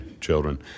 children